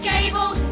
Gable